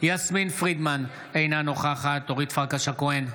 יסמין פרידמן, אינה נוכחת אורית פרקש הכהן,